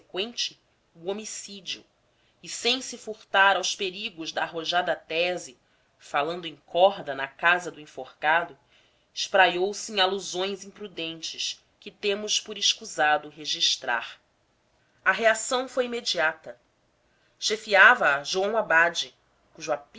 subseqüente o homicídio e sem se furtar aos perigos da arrojada tese falando em corda na casa do enforcado espraiou se em alusões imprudentes que temos por escusado registrar a reação foi imediata chefiava a joão abade